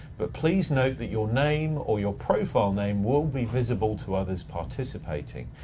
but please note that your name, or your profile name, will be visible to others participating.